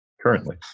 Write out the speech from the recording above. currently